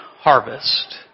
harvest